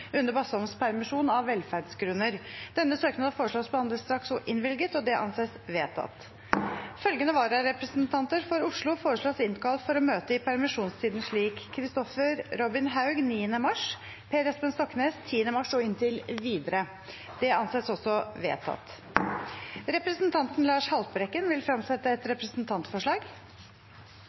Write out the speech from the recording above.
under representanten Une Bastholms permisjon, av velferdsgrunner. Etter forslag fra presidenten ble enstemmig besluttet: Søknaden behandles straks og innvilges. Følgende varerepresentanter for Oslo innkalles for å møte i permisjonstiden: Kristoffer Robin Haug 9. mars Per Espen Stoknes 10. mars og inntil videre Representanten Lars Haltbrekken vil fremsette et representantforslag.